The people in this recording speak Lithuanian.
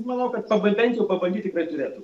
manau kad paban bent jau pabandyti tikrai turėtų